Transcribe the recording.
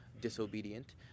disobedient